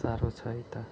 साह्रो छ यता